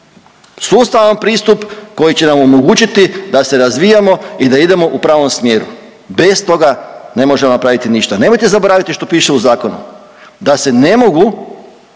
sustavan pristup koji će nam omogućiti da se razvijamo i da idemo u pravom smjeru, bez toga ne možemo napraviti ništa. nemojte zaboraviti što piše u zakonu, da se ne mogu